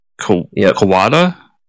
Kawada